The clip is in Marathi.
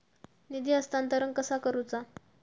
निधी हस्तांतरण कसा करुचा?